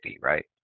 right